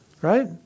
right